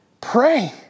pray